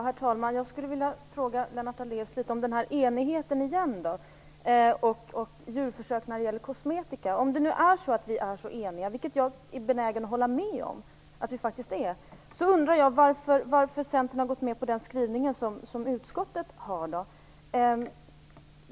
Herr talman! Jag skulle vilja fråga Lennart Daléus om den här enigheten och djurförsök när det gäller kosmetika. Om vi nu är så eniga, vilket jag är benägen att hålla med om, undrar jag varför Centern har gått med på den skrivning som utskottet har.